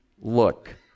look